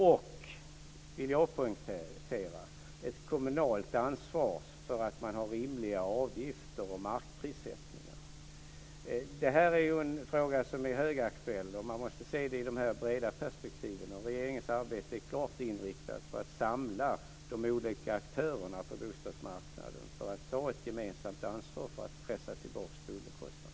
Och jag vill poängtera att det finns ett kommunalt ansvar för att det är rimliga avgifter och markprissättningar. Det här är en fråga som är högaktuell. Man måste se den i detta breda perspektiv. Regeringens arbete är klart inriktat på att man ska samla de olika aktörerna på bostadsmarknaden, så att de tar ett gemensamt ansvar för att pressa tillbaka boendekostnaderna.